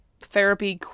therapy